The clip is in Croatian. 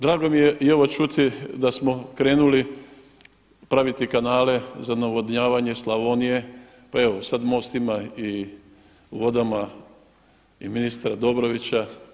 Drago mi je i ovo čuti da smo krenuli praviti kanale za navodnjavanje Slavonije, pa evo sad MOST ima u Vodama i ministra Dobrovića.